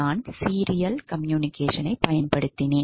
நான் சீரியல் கம்யூனிகேஷனைப் பயன்படுத்தினேன்